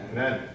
Amen